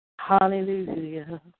Hallelujah